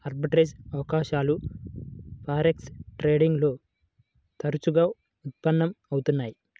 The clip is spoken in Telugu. ఆర్బిట్రేజ్ అవకాశాలు ఫారెక్స్ ట్రేడింగ్ లో తరచుగా ఉత్పన్నం అవుతున్నయ్యి